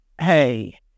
hey